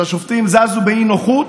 אז השופטים זזו באי-נוחות,